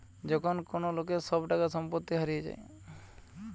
যখন কোন লোকের সব টাকা সম্পত্তি হারিয়ে যায়